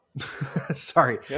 Sorry